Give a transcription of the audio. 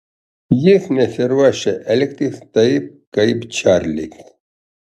jis nesiruošia elgtis taip kaip čarlis